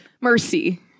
mercy